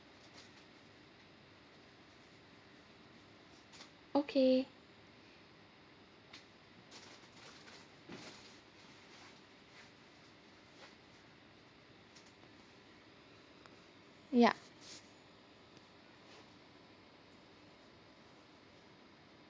okay yup